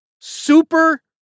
Super